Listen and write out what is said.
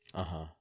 (uh huh)